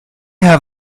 have